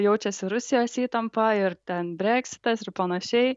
jaučiasi rusijos įtampa ir ten breksitas ir panašiai